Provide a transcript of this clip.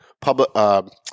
Public